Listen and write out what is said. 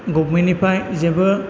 गभमेन्टनिफ्राय जेबो